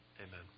Amen